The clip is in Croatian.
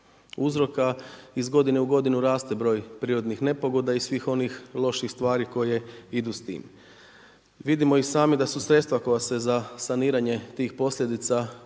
uzroka iz godine u godinu raste broj prirodnih nepogoda i svih onih loših stvari koje idu s tim. Vidimo i sami da su sredstva koja se za saniranje tih posljedica predviđaju